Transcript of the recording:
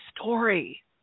story